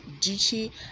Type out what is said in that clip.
duty